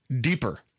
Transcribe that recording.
deeper